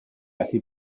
allu